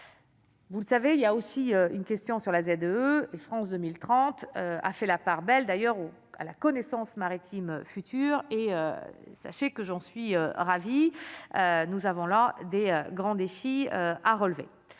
Vous le savez, il y a aussi une question sur la ZES, France 2030, a fait la part belle d'ailleurs ou à la connaissance maritime futur et sachez que j'en suis ravie, nous avons là des grands défis à relever,